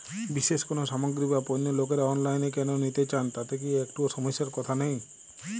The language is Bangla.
বিশেষ কোনো সামগ্রী বা পণ্য লোকেরা অনলাইনে কেন নিতে চান তাতে কি একটুও সমস্যার কথা নেই?